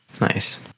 Nice